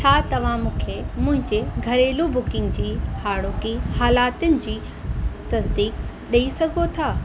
छा तव्हां मूंखे मुंहिंजे घरेलू बुकिंग जी हाणोकी हालातुनि जी तसदीक़ ॾई सघो था